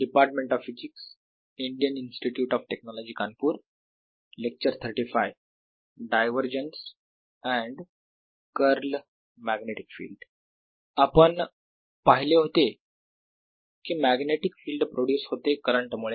divergence and curl magnetic field आपण पाहिले होते कि मॅग्नेटिक फिल्ड प्रोड्युस होते करंट मुळे